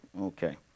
Okay